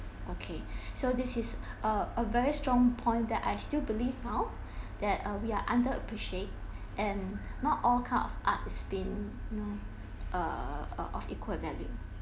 okay so this is a a very strong point that I still believe now that uh we are under appreciate and not all kind of art is been you know uh uh of equal value